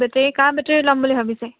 battery car battery ল'ম বুলি ভাবিছে